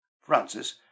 Francis